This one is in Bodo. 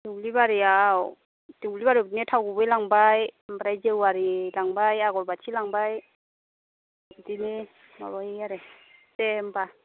दुब्लि बारियाव दुब्लि बारियाव बिदिनो थाव गुवै लांबाय ओमफ्राय जेवारि लांबाय आगरबाथि लांबाय बिदिनो माबायो आरो दे होनबा